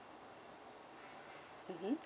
mmhmm